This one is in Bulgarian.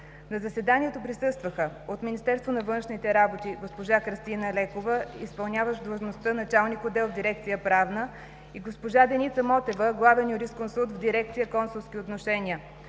На заседанието присъстваха: от Министерството на външните работи: госпожа Кръстина Лекова – изпълняващ длъжността началник отдел в дирекция „Правна”, и госпожа Деница Мотева – главен юрисконсулт в дирекция „Консулски отношения”;